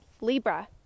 Libra